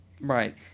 Right